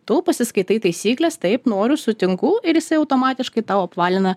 tu pasiskaitai taisykles taip noriu sutinku ir jisai automatiškai tau apvalina